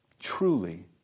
truly